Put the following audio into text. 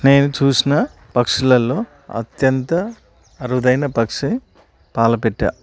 నేను చుసిన పక్షులల్లో అత్యంత అరుదైన పక్షి పాలపిట్ట